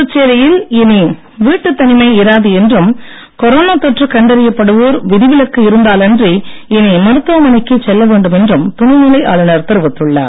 புதுச்சேரியில் இனி வீட்டுத்தனிமை இராது என்றும் கொரோனா தொற்று கண்டறியப்படுவோர் விதிவிலக்கு இருந்தாலன்றி இனி மருத்துவமனைக்கே செல்லவேண்டும் என்றும் துணைநிலை ஆளுனர் தெரிவித்துள்ளார்